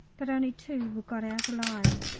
but only two were got out alive,